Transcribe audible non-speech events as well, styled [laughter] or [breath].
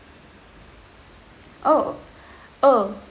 oh [breath] oh